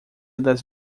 das